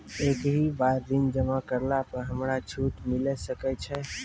एक ही बार ऋण जमा करला पर हमरा छूट मिले सकय छै?